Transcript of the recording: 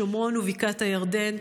השומרון ובקעת הירדן.